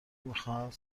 میخواهند